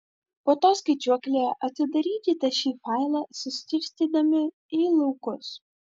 po to skaičiuoklėje atidarykite šį failą suskirstydami į laukus